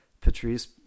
patrice